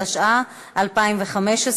התשע"ה 2015,